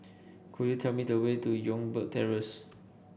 could you tell me the way to Youngberg Terrace